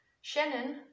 Shannon